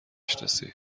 شناسی